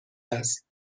است